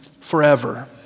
forever